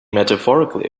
metaphorically